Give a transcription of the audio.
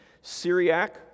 Syriac